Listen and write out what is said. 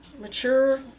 Mature